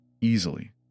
easily